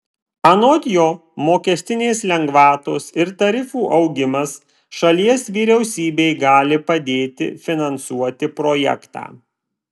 anot jo mokestinės lengvatos ir tarifų augimas šalies vyriausybei gali padėti finansuoti projektą